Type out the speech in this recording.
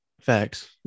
Facts